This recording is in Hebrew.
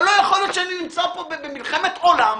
אבל לא יכול להיות שאני נמצא פה במלחמת עולם,